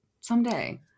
someday